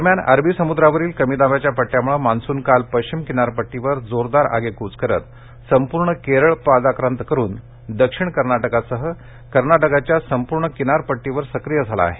दरम्यान अरबी समुद्रावरील कमीदाबाच्या पट्टयामुळं मान्सून काल पश्चिम किनारपट्टीवर जोरदार आगेकूच करत संपूर्ण केरळ पादाक्रांत करून दक्षिण कर्नाटकासह कर्नाटकाच्या संपूर्ण किनारपट्टीवर सक्रीय झाला आहे